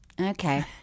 Okay